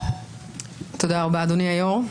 תודה רבה, אדוני היושב-ראש,